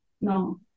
no